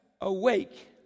awake